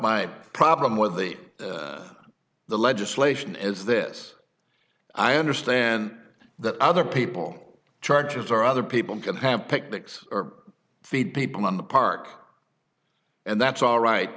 my problem with the the legislation is this i understand that other people charges or other people can have picnics or feed people in the park and that's all right